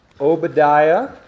Obadiah